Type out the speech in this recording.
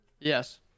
Yes